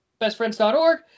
bestfriends.org